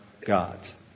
God's